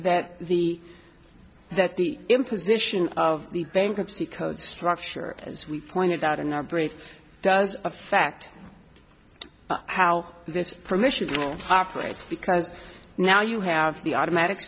that the that the imposition of the bankruptcy code structure as we pointed out in our break does affect how this permission will operate because now you have the automatic